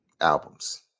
albums